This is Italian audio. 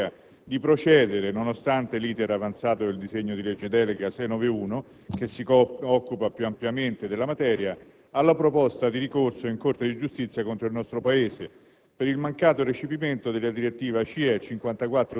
a motivi di urgenza dettati dalla decisione della Commissione europea di procedere, nonostante l'*iter* avanzato del disegno di legge delega n. 691, che si occupa più ampiamente della materia, alla proposta di ricorso in Corte di giustizia contro il nostro Paese